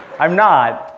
i'm not.